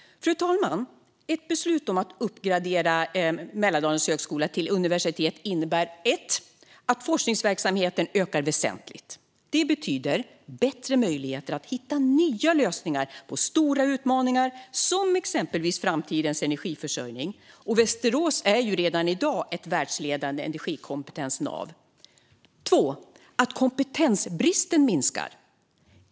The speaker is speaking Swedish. Fru talman! Ett beslut om att uppgradera Mälardalens högskola till universitet skulle för det första innebära att forskningsverksamheten ökar väsentligt. Det betyder bättre möjligheter att hitta nya lösningar på stora utmaningar, exempelvis framtidens energiförsörjning. Västerås är redan i dag ett världsledande energikompetensnav. För det andra skulle det innebära att kompetensbristen minskar.